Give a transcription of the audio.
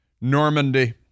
Normandy